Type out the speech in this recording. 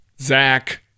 Zach